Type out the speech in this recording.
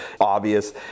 obvious